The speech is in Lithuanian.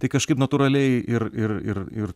tai kažkaip natūraliai ir ir ir ir